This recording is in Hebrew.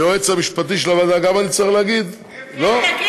היועץ המשפטי של הוועדה, אני צריך להגיד, ארבל?